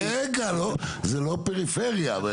זה לא פריפריה.